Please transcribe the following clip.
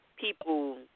people